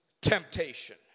temptation